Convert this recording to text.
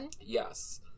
Yes